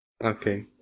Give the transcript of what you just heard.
Okay